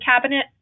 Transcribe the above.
cabinet